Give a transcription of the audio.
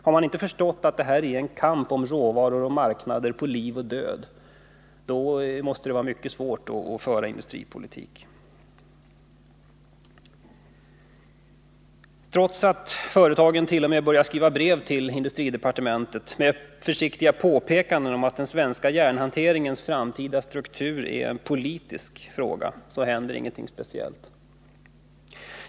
Har man inte förstått att det här är en kamp om råvaror och marknader på liv och död, måste det vara mycket svårt att föra industripolitik. Trots att företagen t.o.m. börjat skriva brev till industridepartementet med försiktiga påpekanden om att frågan om svensk järnhanterings framtida struktur är en politisk fråga, så händer ingenting speciellt.